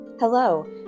Hello